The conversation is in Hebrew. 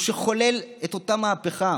הוא שחולל את אותה מהפכה,